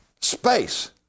space